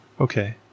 Okay